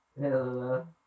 Hello